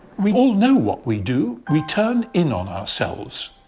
we all know what we do. we turn in on ourselves,